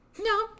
No